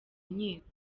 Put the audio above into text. nkiko